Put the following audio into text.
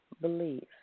believe